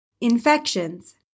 infections